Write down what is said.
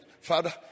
Father